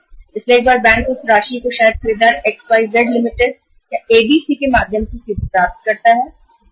तो एक बार हो सकता है जब बैंक खरीददार XYZ Ltdसे सीधे राशि प्राप्त करें या ABC द्वारा